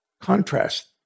Contrast